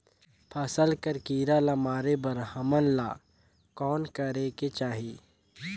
फसल कर कीरा ला मारे बर हमन ला कौन करेके चाही?